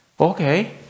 okay